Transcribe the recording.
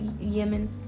Yemen